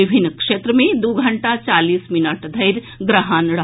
विभिन्न क्षेत्र मे दू घंटा चालीस मिनट धरि ग्रहण रहल